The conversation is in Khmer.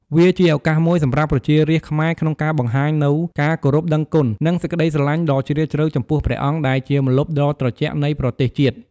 វាជាឱកាសមួយសម្រាប់ប្រជារាស្ត្រខ្មែរក្នុងការបង្ហាញនូវការគោរពដឹងគុណ និងសេចក្តីស្រឡាញ់ដ៏ជ្រាលជ្រៅចំពោះព្រះអង្គ ដែលជាម្លប់ដ៏ត្រជាក់នៃប្រទេសជាតិ។